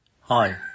Hi